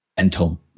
mental